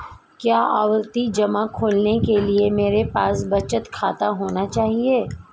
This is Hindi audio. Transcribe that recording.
क्या आवर्ती जमा खोलने के लिए मेरे पास बचत खाता होना चाहिए?